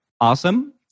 awesome